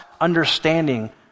understanding